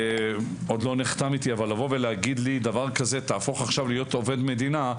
עוד לא נחתם איתי ולהגיד לי דבר כזה: תהפוך עכשיו להיות עובד מדינה,